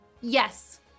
Yes